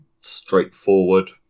straightforward